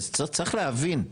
צריך להבין,